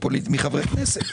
מחברי כנסת.